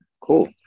Cool